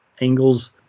angles